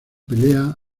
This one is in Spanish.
pelea